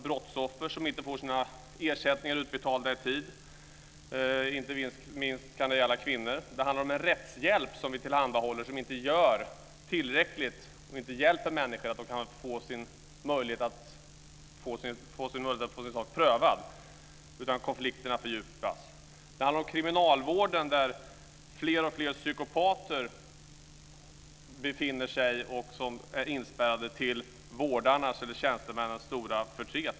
Brottsoffer, inte minst kvinnor, får inte sina ersättningar utbetalda i tid. Den rättshjälp som tillhandahålls hjälper inte människor tillräckligt med att få den egna saken prövad, utan konflikterna fördjupas. Det handlar också om kriminalvården, där psykopater är inspärrade, till vårdarnas och tjänstemännens stora förtret.